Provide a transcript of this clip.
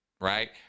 right